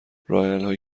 راهحلهایی